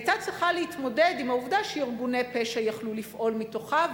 היא היתה צריכה להתמודד עם העובדה שארגוני פשע יכלו לפעול מתוכה,